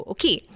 Okay